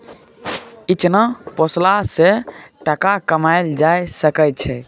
इचना पोसला सँ टका कमाएल जा सकै छै